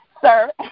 sir